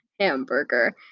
Hamburger